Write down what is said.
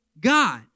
God